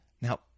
Now